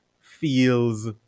feels